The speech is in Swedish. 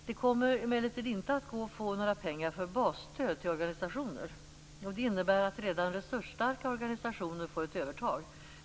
Det kommer emellertid inte att gå att få några pengar för basstöd till organisationer. Det innebär att redan resursstarka organisationer får ett övertag.